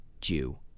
Jew